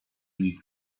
die